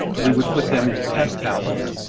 we would put them in pest houses.